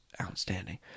outstanding